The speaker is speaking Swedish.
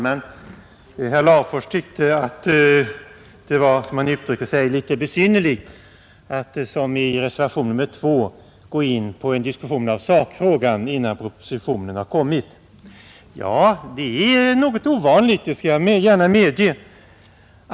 Herr talman! Herr Larfors tyckte att det var, som han uttryckte sig, litet besynnerligt att, som man gjort i reservationen 2, gå in på en diskussion i sakfrågan innan propositionen har kommit. Ja, det är något 14 ovanligt — det skall jag gärna medge.